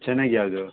ಚೆನ್ನಾಗಿ ಯಾವುದು